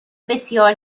بسیار